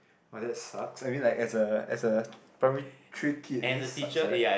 [wah] that sucks I mean like as a as a primary three kid it sucks right